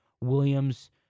Williams